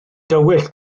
dywyll